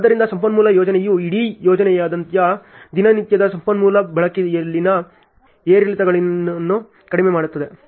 ಆದ್ದರಿಂದ ಸಂಪನ್ಮೂಲ ಯೋಜನೆಯು ಇಡೀ ಯೋಜನೆಯಾದ್ಯಂತ ದಿನನಿತ್ಯದ ಸಂಪನ್ಮೂಲ ಬಳಕೆಯಲ್ಲಿನ ಏರಿಳಿತಗಳನ್ನು ಕಡಿಮೆ ಮಾಡುತ್ತದೆ